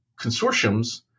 consortiums